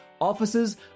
offices